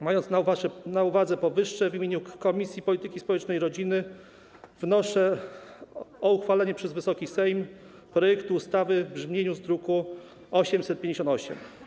Mając na uwadze powyższe, w imieniu Komisji Polityki Społecznej i Rodziny wnoszę o przyjęcie przez Wysoki Sejm projektu ustawy w brzmieniu z druku nr 858.